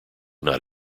not